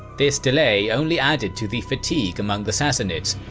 this delay only added to the fatigue among the sassanids,